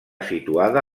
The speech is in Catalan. situada